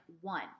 one